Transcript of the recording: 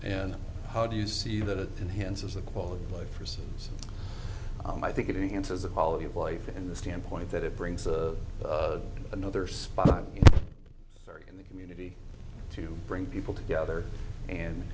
and how do you see that it enhances the quality of life for so i think it enhances the quality of life in the standpoint that it brings up another spot very in the community to bring people together and